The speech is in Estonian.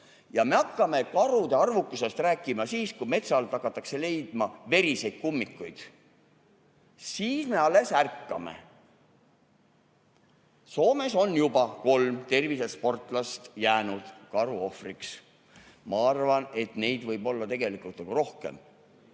Me hakkame karude arvukusest rääkima siis, kui metsa alt hakatakse leidma veriseid kummikuid. Siis me alles ärkame. Soomes on juba kolm tervisesportlast sattunud karu ohvriks. Ma arvan, et neid võib olla tegelikult rohkem.